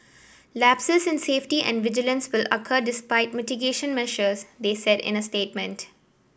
lapses in safety and vigilance will occur despite mitigation measures they said in a statement